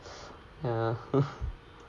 ya